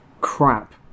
crap